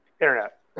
internet